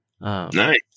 Nice